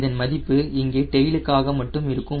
இதன் மதிப்பு இங்கே டெயிலுக்காக மட்டும் இருக்கும்